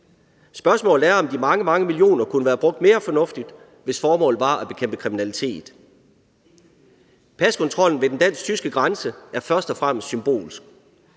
Spørgsmålet er, om de mange, mange millioner kunne være brugt mere fornuftigt, hvis formålet var at bekæmpe kriminalitet. Paskontrollen ved den dansk-tyske grænse er først og fremmest symbolsk.